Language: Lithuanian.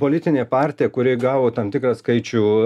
politinė partija kuri gavo tam tikrą skaičių